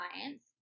clients